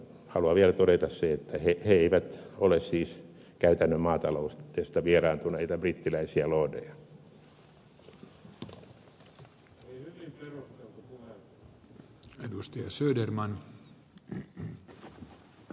haluan vielä todeta sen että he eivät ole siis käytännön maataloudesta vieraantuneita brittiläisiä lordeja